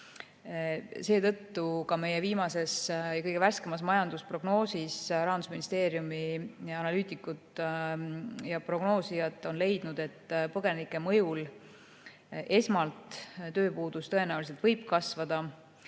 Seetõttu on ka meie viimases, kõige värskemas majandusprognoosis Rahandusministeeriumi analüütikud ja prognoosijad leidnud, et põgenike mõjul võib tööpuudus esmalt tõenäoliselt kasvada,